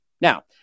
Now